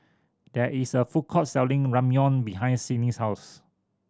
there is a food court selling Ramyeon behind Sydnee's house